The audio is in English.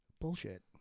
bullshit